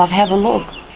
have a look.